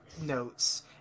notes